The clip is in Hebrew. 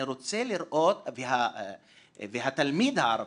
התלמיד הערבי,